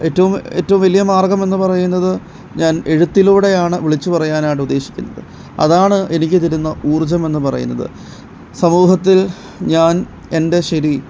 ഏറ്റവും ഏറ്റവും വലിയ മാർഗ്ഗമെന്ന് പറയുന്നത് ഞാൻ എഴുത്തിലൂടെയാണ് വിളിച്ചു പറയുവാനായിട്ട് ഉദ്ദേശിക്കുന്നത് അതാണ് എനിക്ക് തരുന്ന ഊർജമെന്ന് പറയുന്നത് സമൂഹത്തിൽ ഞാൻ എൻ്റെ ശരി